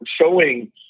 showing